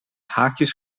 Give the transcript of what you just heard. haakjes